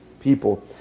people